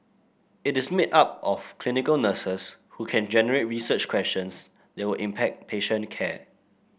it is made up of clinical nurses who can generate research questions that will impact patient care